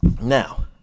Now